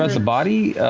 ah the body,